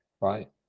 right